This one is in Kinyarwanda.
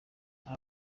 aba